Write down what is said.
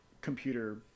computer